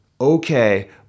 okay